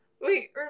Wait